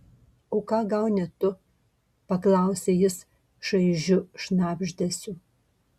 o ką gauni tu paklausė jis šaižiu šnabždesiu